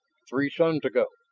three suns ago.